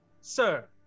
Sir